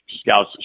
scouts